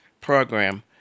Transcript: program